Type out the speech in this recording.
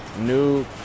new